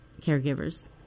caregivers